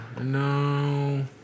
No